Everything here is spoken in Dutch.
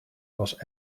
was